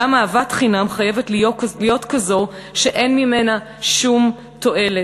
גם אהבת חינם חייבת להיות כזו שאין ממנה שום תועלת".